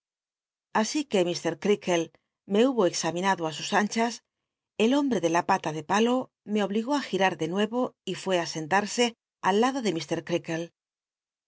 así que h crea kle me hubo examinado i sus anchas el hombre de la pala de palo me obligó á girar de nueyo y rué á sentarse aliado de